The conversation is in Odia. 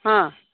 ହଁ